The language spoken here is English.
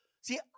See